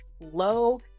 low